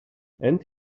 and